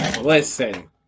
Listen